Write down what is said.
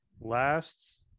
last